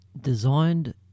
designed